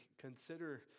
consider